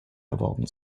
erworben